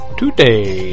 today